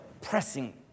pressing